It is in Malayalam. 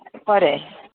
പോരേ